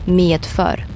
medför